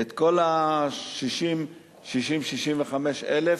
את כל ה-60,000 65,000,